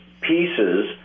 pieces